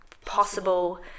possible